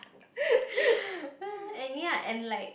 and ya and like